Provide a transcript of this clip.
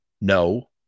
no